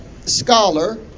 scholar